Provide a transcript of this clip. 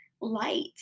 light